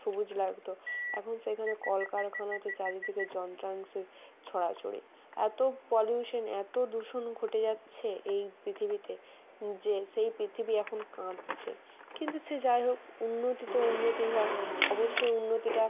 সবুজ লাগতো এখন সেইখানে কলকারখানা হচ্ছে চারিদিকে যন্ত্রাংশের ছড়াছড়ি এতো পলিউশান এতো দূষণ ঘটে যাচ্ছে এই পৃথিবীতে যে সেই পৃথিবী এখন কাঁদছে কিন্তু সে যাই হোক উন্নতি তো উন্নতিই হয় অবশ্য উন্নতিটা